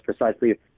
precisely